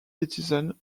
citizen